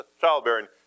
childbearing